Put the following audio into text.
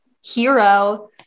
hero